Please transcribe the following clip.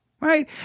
right